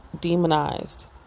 demonized